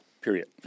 period